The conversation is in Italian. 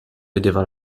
vedeva